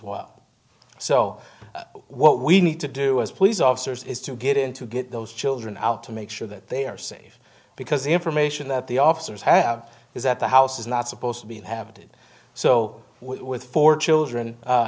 well so what we need to do as police officers is to get in to get those children out to make sure that they are safe because the information that the officers have is that the house is not supposed to be inhabited so with four children